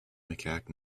macaque